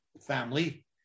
family